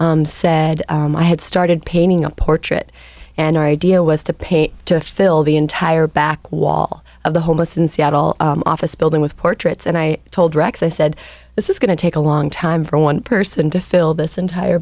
said i had started painting a portrait and our idea was to pay to fill the entire back wall of the homeless in seattle office building with portraits and i told rex i said this is going to take a long time for one person to fill this entire